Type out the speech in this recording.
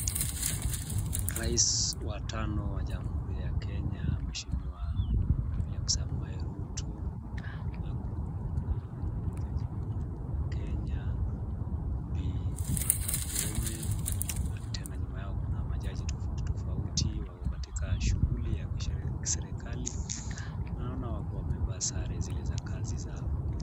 Rais wa tano wa jamhuri ya Kenya mheshimiwa William Samoei Ruto, ako na yule Jaji mkuu wa Kenya Bi. Martha Koome na tena nyuma yao kuna majaji tofauti tofauti, wako katika shughuli ya kiserikali, naona wakiwa wamevaa sare zile za kazi zao.